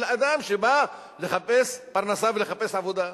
אלא אדם שבא לחפש פרנסה ולחפש עבודה,